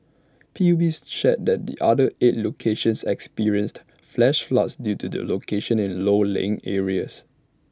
PUB's shared that the other eight locations experienced flash floods due to their locations in low lying areas